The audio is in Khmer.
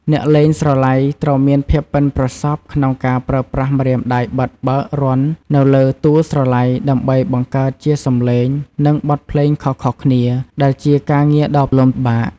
អ្នកលេងស្រឡៃត្រូវមានភាពប៉ិនប្រសប់ក្នុងការប្រើប្រាស់ម្រាមដៃបិទបើករន្ធនៅលើតួស្រឡៃដើម្បីបង្កើតជាសំឡេង និងបទភ្លេងខុសៗគ្នា ដែលជាការងារដ៏លំបាក។